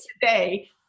today